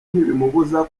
ntibimubuza